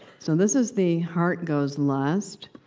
so, this is the heart goes last.